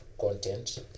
content